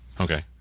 Okay